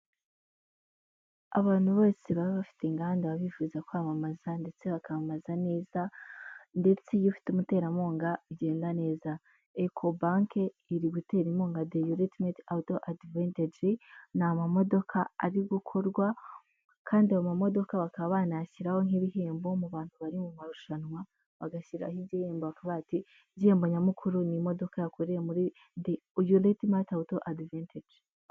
Abantu bose baba bafite inganda babifuza kwamamaza ndetse bakamamaza neza, ndetse iyo ufite umuterankunga bigenda neza. Ecobank iri gutera inkunga The Ultimate Auto Advantage, ni amamodoka ari gukorwa, kandi ayo mamodoka bakaba banayashyiraho nk'ibihembo mu bantu bari mu marushanwa, bagashyiraho igihembo bakavuga ati, igihembo nyamukuru ni imodoka yakorewe muri The Ultimate Auto Advantage.